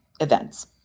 events